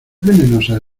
venenosa